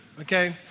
Okay